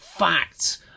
facts